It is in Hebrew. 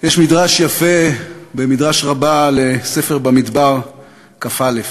יש מדרש יפה במדרש רבה על ספר במדבר כ"א: